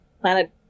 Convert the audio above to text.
planet